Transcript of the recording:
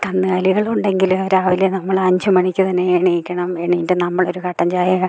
കന്നുകാലികളുണ്ടെങ്കിൽ രാവിലെ നമ്മൾ അഞ്ച് മണിക്ക് തന്നെ എണീക്കണം എണീറ്റ് നമ്മളൊരു കട്ടൻ ചായ